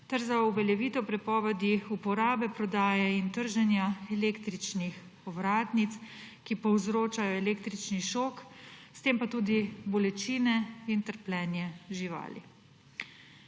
za uveljavitev prepovedi uporabe, prodaje in trženja električnih ovratnic, ki povzročajo električni šok, s tem pa tudi bolečine in trpljenje živali.